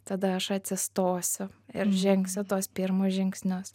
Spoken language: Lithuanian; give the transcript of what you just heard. tada aš atsistosiu ir žengsiu tuos pirmus žingsnius